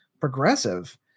progressive